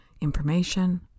information